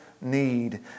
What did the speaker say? need